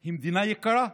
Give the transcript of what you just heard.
היא מדינה יקרה,